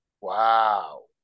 Wow